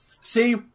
See